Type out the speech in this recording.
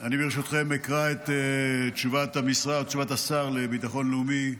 אני אקרא את תשובת השר לביטחון לאומי --- אבי,